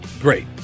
great